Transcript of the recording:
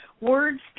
words